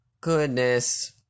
Goodness